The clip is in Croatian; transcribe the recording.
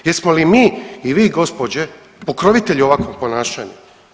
Jesmo li mi i vi gospođe pokrovitelji ovakvog ponašanja?